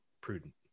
prudent